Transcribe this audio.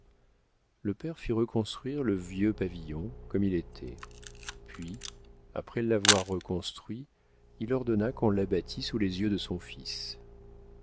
le père fit reconstruire le vieux pavillon comme il était puis après l'avoir reconstruit il ordonna qu'on l'abattît sous les yeux de son fils